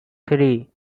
three